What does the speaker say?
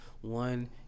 one